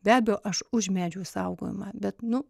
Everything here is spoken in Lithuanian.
be abejo aš už medžių išsaugojimą bet nu